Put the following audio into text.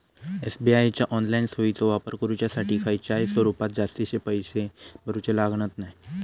SBI च्या online सोयीचो वापर करुच्यासाठी खयच्याय स्वरूपात जास्तीचे पैशे भरूचे लागणत नाय